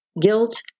Guilt